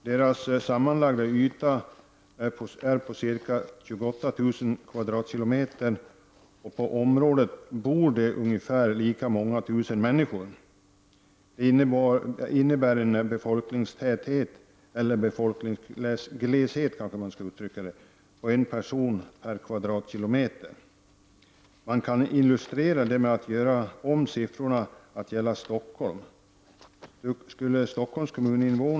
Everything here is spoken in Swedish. Deras sammanlagda yta är på ca 28 000 km?, och på området bor det ungefär lika många tusen människor. Det innebär en befolkningstäthet — eller befolkningsgleshet — på en person per km?. Man kan illustrera det med att göra om siffrorna att gälla Stockholm. Om Stockholms kommuns invå .